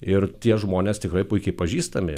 ir tie žmonės tikrai puikiai pažįstami